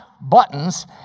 buttons